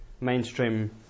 mainstream